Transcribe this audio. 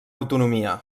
autonomia